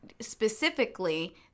specifically